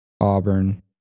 Auburn